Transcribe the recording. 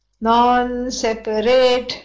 non-separate